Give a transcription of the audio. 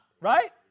right